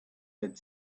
had